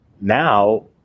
now